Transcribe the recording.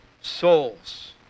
souls